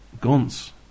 guns